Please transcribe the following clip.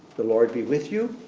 the lord be with you.